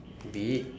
be it